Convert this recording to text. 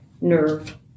nerve